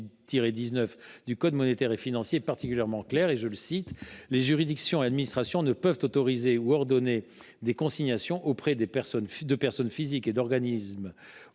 du code monétaire et financier est particulièrement clair :« Les juridictions et administrations ne peuvent autoriser ou ordonner des consignations auprès de personnes physiques et d’organismes